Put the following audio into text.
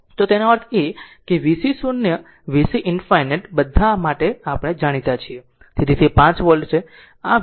તો તેનો અર્થ એ કે vc 0 vc ∞ બધા આપણા માટે જાણીતા છે તેથી તે 5 વોલ્ટ છે